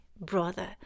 brother